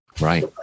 Right